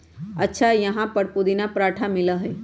अच्छा यहाँ पर पुदीना पराठा मिला हई?